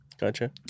Gotcha